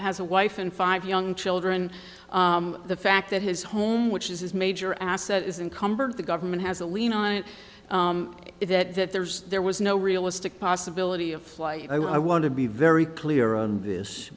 has a wife and five young children the fact that his home which is his major asset is incumbent the government has a lien on it that there's there was no realistic possibility of flight i want to be very clear on this